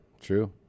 true